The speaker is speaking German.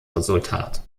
resultat